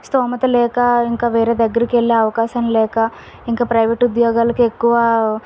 స్థోమత లేక ఇంకా వేరే దగ్గరకు వెళ్ళే అవకాశం లేక ఇంకా ప్రైవేట్ ఉద్యోగాలకి ఎక్కువ